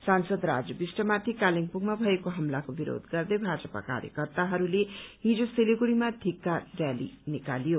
सांसद राजु विष्टमाथि कालेबुङमा भएको हमलाको विरोध गर्दै भाजपा कार्यकर्ताहरूले हिज सिलगढ़ीमा थिक्कार रयाली निकाल्यो